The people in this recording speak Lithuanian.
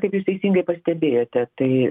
kaip jūs teisingai pastebėjote tai